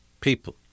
people